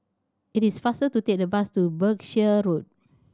it is faster to take the bus to Berkshire Road